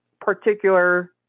particular